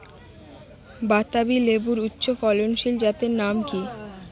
বাতাবি লেবুর উচ্চ ফলনশীল জাতের নাম কি?